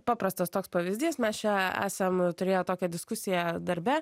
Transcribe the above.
paprastas toks pavyzdys mes čia esam turėję tokią diskusiją darbe